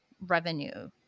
revenue